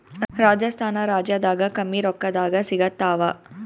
ರಾಜಸ್ಥಾನ ರಾಜ್ಯದಾಗ ಕಮ್ಮಿ ರೊಕ್ಕದಾಗ ಸಿಗತ್ತಾವಾ?